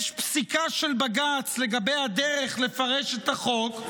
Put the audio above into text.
יש פסיקה של בג"ץ לגבי הדרך לפרש את החוק,